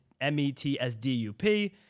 M-E-T-S-D-U-P